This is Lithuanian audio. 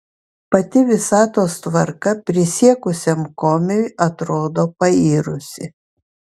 pati visatos tvarka prisiekusiam komiui atrodo pairusi